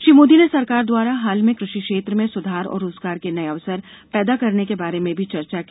श्री मोदी ने सरकार द्वारा हाल में कृषि क्षेत्र में सुधार और रोजगार के नये अवसर पैदा करने के बारे में भी चर्चा की